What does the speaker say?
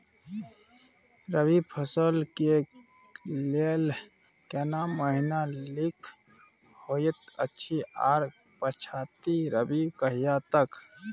रबी फसल के लेल केना महीना नीक होयत अछि आर पछाति रबी कहिया तक?